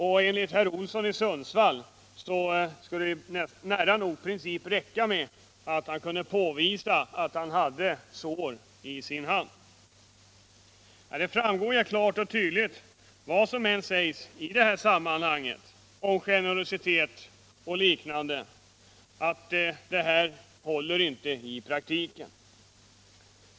Och enligt herr Olsson i Sundsvall skulle det i princip räcka att han kunde påvisa att han har sår i sin hand. Det framgår klart och tydligt, vad som än sägs i det här sammanhanget om generositet och liknande, att det inte håller i praktiken.